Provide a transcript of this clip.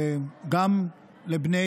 גם לבני